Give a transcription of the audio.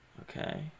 Okay